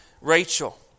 Rachel